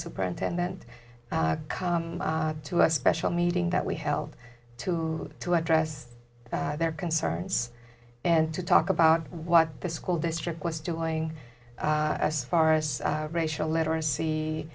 superintendent come to a special meeting that we held to to address their concerns and to talk about what the school district was doing as far as racial literacy